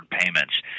payments